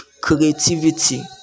creativity